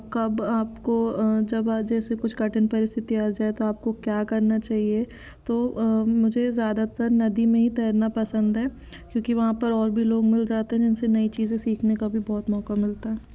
कब आपको जब आज जैसे कुछ कठिन परिस्थिति आ जाए तो आपको क्या करना चाहिए तो मुझे ज़्यादातर नदी में ही तैरना पसंद है क्योंकि वहाँ पर और भी लोग मिल जाते हैं जिनसे नई चीज़ें सिखने का भी बहुत मौका मिलता है